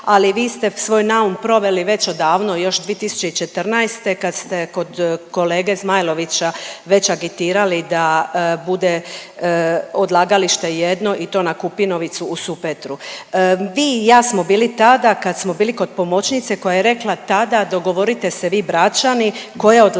ali vi ste svoj naum proveli već odavno još 2014. kad ste kod kolege Zmajlovića već agitirali da bude odlagalište jedno i to na Kupinovicu u Supetru. Vi i ja smo bili tada kad smo bili kod pomoćnice koja je rekla tada dogovorite se vi Bračani koje odlagalište